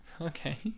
okay